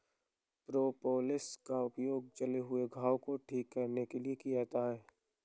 propolis का प्रयोग जले हुए घाव को ठीक करने में किया जाता है